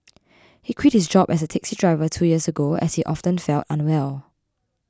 he quit his job as a taxi driver two years ago as he often felt unwell